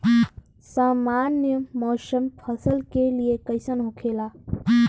सामान्य मौसम फसल के लिए कईसन होखेला?